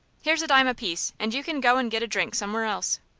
here's a dime apiece, and you can go and get a drink somewhere else.